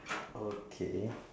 okay